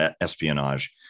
espionage